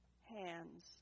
hands